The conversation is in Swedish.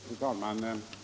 Fru talman!